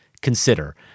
consider